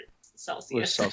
Celsius